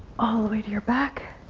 all the way to your back.